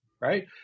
Right